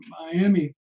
Miami